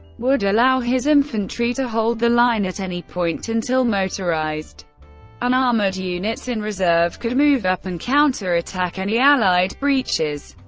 would allow his infantry to hold the line at any point until motorized and armoured units in reserve could move up and counterattack any allied breaches.